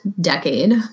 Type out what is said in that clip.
decade